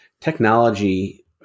technology